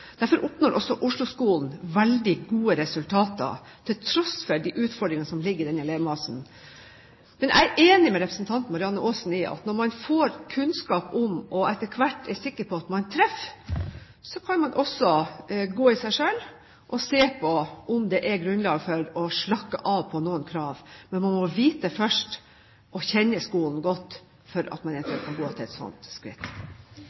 Derfor oppnår også Oslo-skolen veldig gode resultater, til tross for de utfordringene som ligger i elevmassen. Jeg er enig med representanten Marianne Aasen i at når man får kunnskap og etter hvert er sikker på at man treffer, kan man også gå i seg selv og se på om det er grunnlag for å slakke av på noen krav. Men man må vite først og kjenne skolen godt for at man eventuelt kan gå til et slikt skritt.